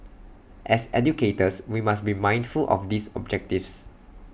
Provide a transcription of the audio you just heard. as educators we must be mindful of these objectives